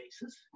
bases